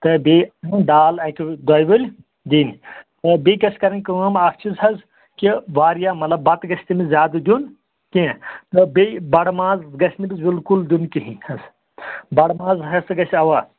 تہٕ بیٚیہِ دال اَکہِ ؤلۍ دۄیہِ ؤلۍ دِنۍ بیٚیہِ گژھِ کَرٕنۍ کٲم اَکھ چیٖز حظ کہ واریاہ مطلب بَتہٕ گژھِ تٔمِس زیادٕ دیُٚن کینٛہہ تہٕ بیٚیہِ بَڑٕ ماز گژھِ نہٕ تٔمِس بالکُل دیُٚن کِہیٖنۍ حظ بَڑٕ ماز ہَسا گژھِ اَوا